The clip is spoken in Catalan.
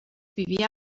vivia